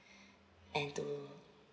and to